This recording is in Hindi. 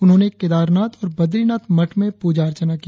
उन्होंने केदारनाथ और बद्रीनाथ मठ में पुजा अर्चना की